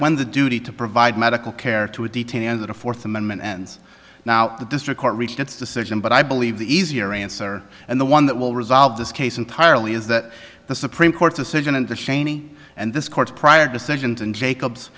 whether the duty to provide medical care to a detainee has a fourth amendment ends now the district court reached its decision but i believe the easier answer and the one that will resolve this case entirely is that the supreme court's decision and the cheney and this court's prior decisions in jacob's